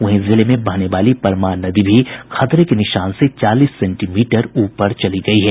वहीं जिले में बहने वाली परमान नदी भी खतरे के निशान से चालीस सेंटीमीटर ऊपर चली गयी है